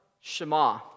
Shema